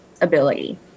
ability